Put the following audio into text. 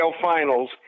finals